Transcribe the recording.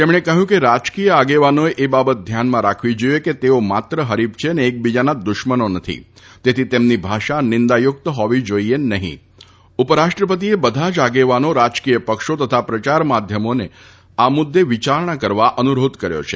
તેમણે કહ્યું કે રાજકીય આગેવાનોએ એ બાબત ધ્યાનમાં રાખવી જાઈએ કે તેઓ માત્ર ફરીફ છે અને એકબીજાના દુશ્મનો નથી તેથી તેમની ભાષા નીંદાયુક્ત ફોવી જાઈએ નફીં ઉપરાષ્ટ્રપતિએ બધા જ આગેવાનો રાજકીય પક્ષો તથા પ્રચાર માધ્યમોને આ મુદ્દે વિચારણા કરવા અનુરોધ કર્યો છે